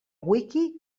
wiki